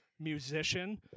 musician